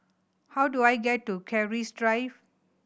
how do I get to Keris Drive